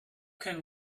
can